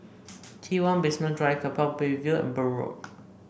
T one Basement Drive Keppel Bay View and Burn Road